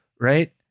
right